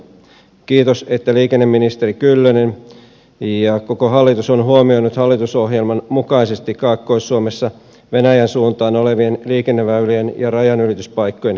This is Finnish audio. kiitos että liikenneministeri kyllönen ja koko hallitus on huomioinut hallitusohjelman mukaisesti kaakkois suomessa venäjän suuntaan olevien liikenneväylien ja rajanylityspaikkojen kehittämistarpeet